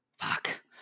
Fuck